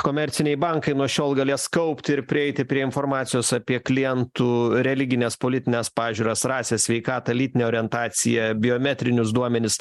komerciniai bankai nuo šiol galės kaupti ir prieiti prie informacijos apie klientų religines politines pažiūras rasę sveikatą lytinę orientaciją biometrinius duomenis